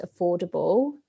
affordable